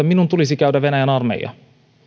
minun tulisi käydä venäjän armeija